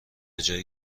جایی